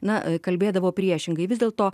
na kalbėdavo priešingai vis dėl to